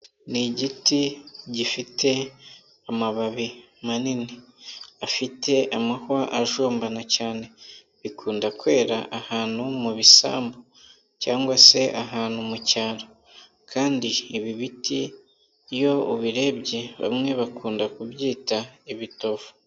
Ni igiti gifite amababi manini, afite amahwa ajombana cyane. Bikunda kwera ahantu mu bisambu cyangwa se ahantu mu cyaro kandi ibi biti iyo ubirebye bamwe bakunda kubyita ibitovu.